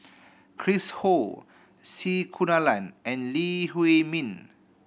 Chris Ho C Kunalan and Lee Huei Min